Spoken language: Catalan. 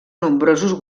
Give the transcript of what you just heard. nombrosos